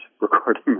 recording